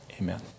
Amen